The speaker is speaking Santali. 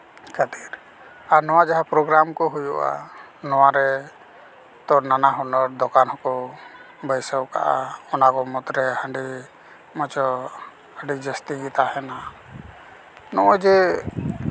ᱠᱷᱟᱹᱛᱤᱨ ᱱᱚᱣᱟ ᱡᱟᱦᱟᱸ ᱯᱨᱚᱜᱨᱟᱢ ᱠᱚ ᱦᱩᱭᱩᱜᱼᱟ ᱱᱚᱣᱟᱨᱮ ᱱᱟᱱᱟ ᱦᱩᱱᱟᱹᱨ ᱫᱚᱠᱟᱱ ᱦᱚᱸᱠᱚ ᱵᱟᱹᱭᱥᱟᱹᱣ ᱠᱟᱜ ᱚᱱᱟ ᱠᱚ ᱢᱩᱫᱽᱨᱮ ᱦᱟᱺᱰᱤ ᱢᱟᱪᱚ ᱟᱹᱰᱤ ᱡᱟᱹᱥᱛᱤ ᱜᱮ ᱛᱟᱦᱮᱱᱟ ᱱᱚᱜᱼᱚᱭ ᱡᱮ